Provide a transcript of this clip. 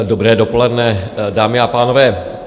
Dobré dopoledne, dámy a pánové.